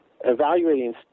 evaluating